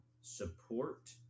support